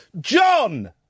John